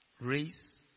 race